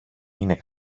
είναι